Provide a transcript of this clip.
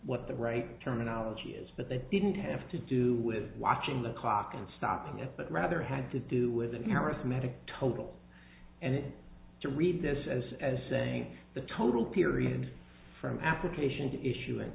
what the right terminology is but they didn't have to do with watching the clock and stopping it but rather had to do with an arithmetic total and to read this as as saying the total period from application to issu